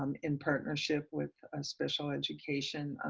and in partnership with special education,